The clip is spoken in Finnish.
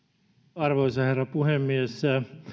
arvoisa herra puhemies